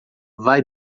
vai